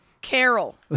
Carol